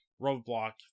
roadblock